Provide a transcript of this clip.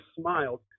smiled